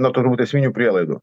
nuo turbūt esminių prielaidų